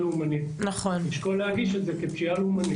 לאומנית נשקול להגיש את זה כפשיעה לאומנית.